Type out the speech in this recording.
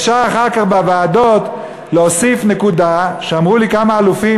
אפשר אחר כך בוועדות להוסיף נקודה שאמרו לי כמה אלופים,